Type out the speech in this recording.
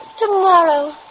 Tomorrow